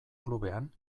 klubean